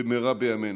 במהרה בימינו.